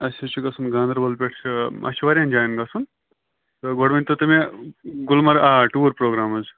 اَسہِ حظ چھُ گژھُن گانٛدَربَل پٮ۪ٹھ چھِ اَسہِ چھِ واریاہَن جایَن گژھُن تہٕ گۄڈٕ ؤنۍ تَو تُہۍ مےٚ گُلمر آ ٹوٗر پروگرام حظ چھِ